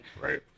Right